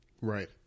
right